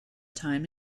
time